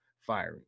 firing